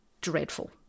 dreadful